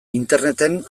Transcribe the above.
interneten